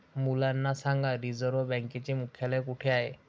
मुलांना सांगा रिझर्व्ह बँकेचे मुख्यालय कुठे आहे